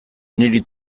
niri